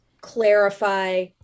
clarify